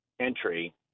entry